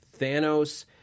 Thanos